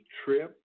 trip